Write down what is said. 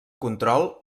control